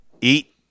eat